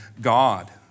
God